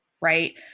right